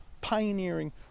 pioneering